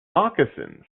moccasins